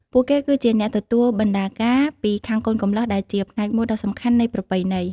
ពួកគេគឺជាអ្នកទទួល បណ្ដាការ ពីខាងកូនកំលោះ ដែលជាផ្នែកមួយដ៏សំខាន់នៃប្រពៃណី។